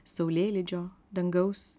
saulėlydžio dangaus